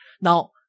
Now